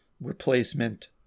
replacement